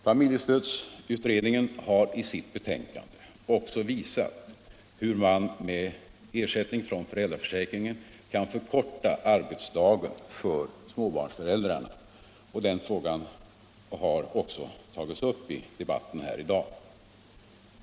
Familjestödsutredningen har i sitt betänkande också visat hur man med ersättning från föräldraförsäkringen kan förkorta arbetsdagen för småbarnsföräldrarna, och den frågan har också tagits upp i debatten i dag.